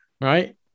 right